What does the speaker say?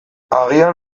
agian